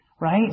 Right